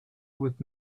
with